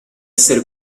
essere